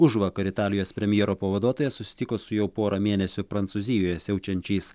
užvakar italijos premjero pavaduotojas susitiko su jau porą mėnesių prancūzijoje siaučiančiais